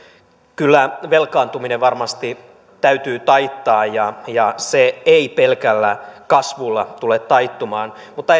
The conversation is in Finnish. kyllä velkaantuminen varmasti täytyy taittaa ja ja se ei pelkällä kasvulla tule taittumaan mutta